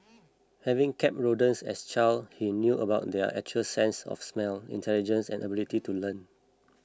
having kept rodents as a child he knew about their acute sense of smell intelligence and ability to learn